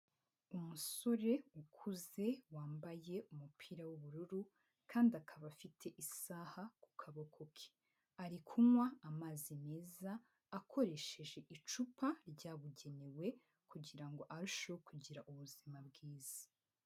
Umusore ukuze wambaye umupira w'ubururu kandi akaba afite isaha ku kaboko ke. ari kunywa amazi meza akoresheje icupa ryabugenewe kugira ngo arusheho kugira ubuzima bwiza.